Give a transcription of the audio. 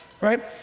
right